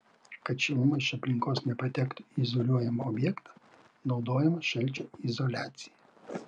kad šiluma iš aplinkos nepatektų į izoliuojamą objektą naudojama šalčio izoliacija